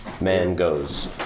Mangoes